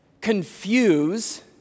confuse